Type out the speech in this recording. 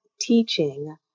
teaching